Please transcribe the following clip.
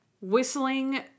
Whistling